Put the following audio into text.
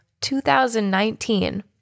2019